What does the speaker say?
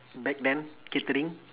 back then catering